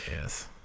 Yes